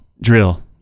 drill